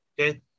okay